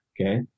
Okay